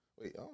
Wait